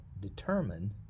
determine